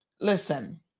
listen